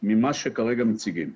ממה שכרגע מציגים,